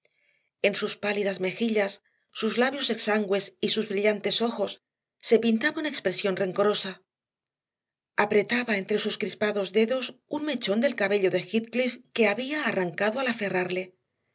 en sus pálidas mejillas sus labios exangües y sus brillantes ojos se pintaba una expresión rencorosa apretaba entre sus crispados dedos un mechón del cabello de heathcliff que había arrancado al aferrarle